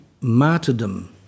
martyrdom